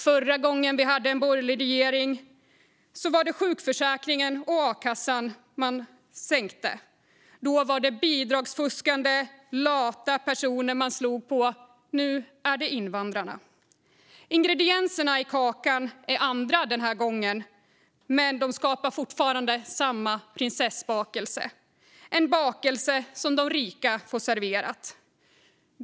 Förra gången vi hade en borgerlig regering var det sjukförsäkringen och a-kassan man sänkte. Då var det bidragsfuskande, lata personer man slog på, och nu är det invandrare. Ingredienserna i kakan är annorlunda denna gång, men de skapar fortfarande samma prinsessbakelse, en bakelse som de rika får sig serverad.